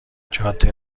جاده